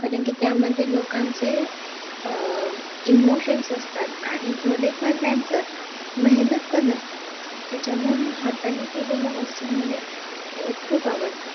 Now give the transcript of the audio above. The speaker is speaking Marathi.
कारण की त्यामध्ये लोकांचे इमोशन्स असतात आणि थोडेफार त्यांचं मेहनत पण असते त्याच्यामुळे मग हातानी केलेल्या वस्तूंमध्ये खूप आवडतात